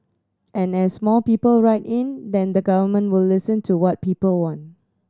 and as more people write in then the Government will listen to what people want